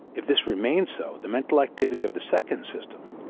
if this remained so the mental activity of the second system,